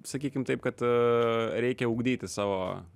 sakykim taip kad reikia ugdyti savo